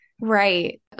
Right